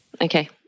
Okay